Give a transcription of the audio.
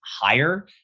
higher